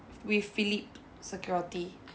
with philip security